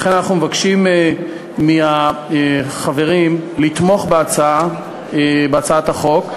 לכן אנחנו מבקשים מהחברים לתמוך בהצעת החוק,